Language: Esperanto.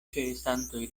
ĉeestantoj